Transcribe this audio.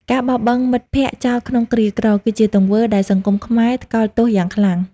ការបោះបង់មិត្តភក្តិចោលក្នុងគ្រាក្រ គឺជាទង្វើដែលសង្គមខ្មែរថ្កោលទោសយ៉ាងខ្លាំង។